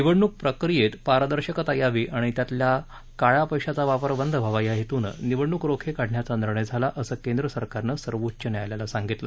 निवडणूक प्रक्रियेत पारदर्शकता यावी आणि त्यातला काळ्या पैशाचा वापर बंद व्हावा या हेतूनं निवडणूक रोखे काढण्याचा निर्णय झाला असं केंद्र सरकारनं सर्वोच्च न्यायालयाला सांगितलं